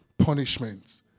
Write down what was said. punishment